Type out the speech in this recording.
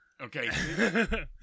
Okay